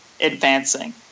Advancing